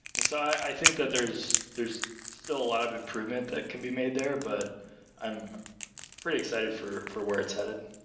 and so i think that there is still a lot of improvement that can be made there, but i'm i'm pretty excited for for where it's headed.